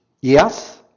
Yes